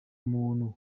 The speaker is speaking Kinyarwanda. bantu